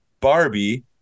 Barbie